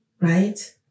right